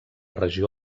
regió